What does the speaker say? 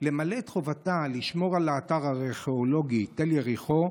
למלא את חובתה לשמור על האתר הארכיאולוגי תל יריחו,